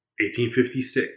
1856